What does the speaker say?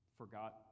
forgot